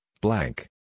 blank